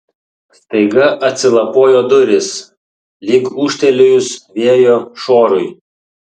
staiga atsilapojo durys lyg ūžtelėjus vėjo šuorui